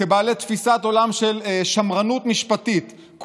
כבעלי תפיסת עולם של שמרנות משפטית,